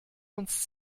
uns